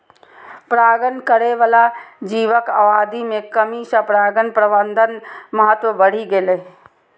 परागण करै बला जीवक आबादी मे कमी सं परागण प्रबंधनक महत्व बढ़ि गेल छै